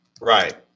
right